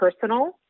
personal